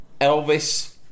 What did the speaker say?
Elvis